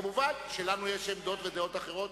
כמובן, לנו יש עמדות ודעות אחרות.